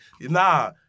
nah